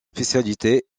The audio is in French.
spécialités